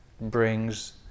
brings